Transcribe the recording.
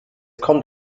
kommt